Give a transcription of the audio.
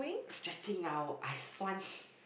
stretching now I